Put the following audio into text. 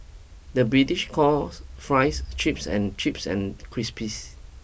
the British calls fries chips and chips and crisps